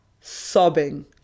sobbing